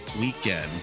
weekend